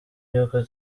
y’uko